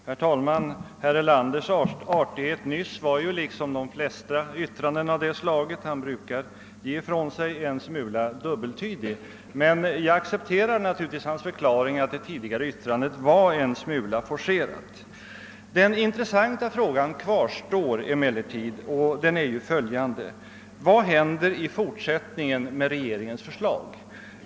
Herr talman! Herr Erlanders artighet nyss var ju liksom de flesta av hans yttranden av det slaget en smula dubbeltydig, men jag accepterar naturligtvis hans förklaring, att det tidigare uttalandet var en smula forcerat. Följande intressanta fråga kvarstår emellertid: Vad händer i fortsättningen med regeringens förslag?